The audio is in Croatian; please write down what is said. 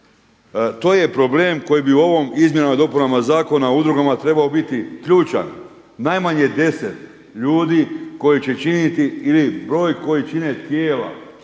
To je problem koji bi u ovim izmjenama i dopunama Zakona o udrugama trebao biti ključan. Najmanje 10 ljudi koji će činiti ili broj koji čine tijela,